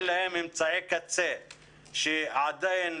להם אמצעי קצה או שאין להם תשתית של תקשורת שתאפשר להם ללמוד מרחוק,